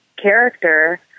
character